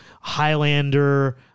Highlander